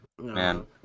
man